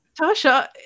Tasha